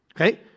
okay